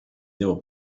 devo